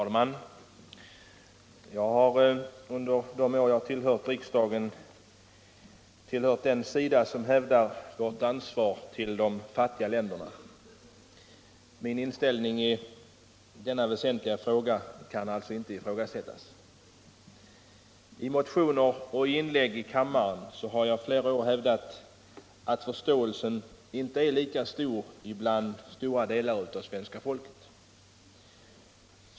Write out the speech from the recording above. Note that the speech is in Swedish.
Herr talman! Under de år jag tillhört riksdagen har jag stått på den sida som hävdar vårt ansvar gentemot de fattiga länderna. Min inställning i detta väsentliga avseende kan alltså inte ifrågasättas. I motioner och inlägg i kammaren har jag flera år hävdat att förståelsen inte är lika fullständig bland stora delar av svenska folket.